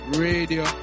radio